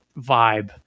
vibe